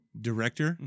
director